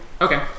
Okay